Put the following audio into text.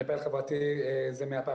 אני פעיל חברתי מ-2015.